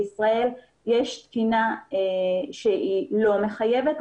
בישראל יש תקינה שהיא לא מחייבת.